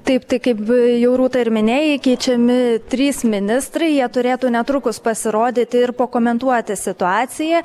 taip tai kaip jau rūta ir minėjai keičiami trys ministrai jie turėtų netrukus pasirodyti ir pakomentuoti situaciją